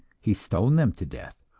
he stoned them to death,